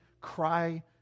cry